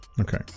Okay